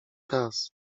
raz